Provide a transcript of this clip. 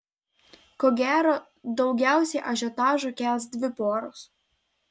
ko gero daugiausiai ažiotažo kels dvi poros